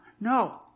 No